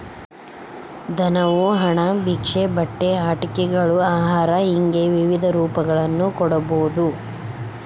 ದಾನವು ಹಣ ಭಿಕ್ಷೆ ಬಟ್ಟೆ ಆಟಿಕೆಗಳು ಆಹಾರ ಹಿಂಗೆ ವಿವಿಧ ರೂಪಗಳನ್ನು ಕೊಡ್ಬೋದು